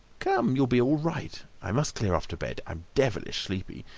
come! you'll be all right. i must clear off to bed i'm devilish sleepy.